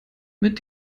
mit